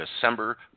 December